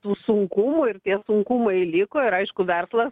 tų sunkumų ir tie sunkumai liko ir aišku verslas